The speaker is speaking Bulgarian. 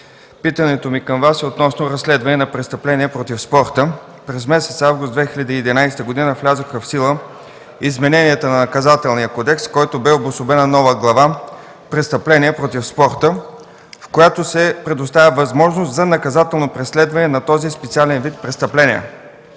Питането ми към Вас е относно разследване на престъпления против спорта. През месец август 2011 г. влязоха в сила измененията на Наказателния кодекс, в който бе обособена нова глава –„Престъпления против спорта”, в която се предоставя възможност за наказателно преследване на този специален вид престъпления.